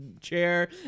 chair